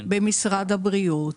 במשרד הבריאות,